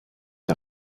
der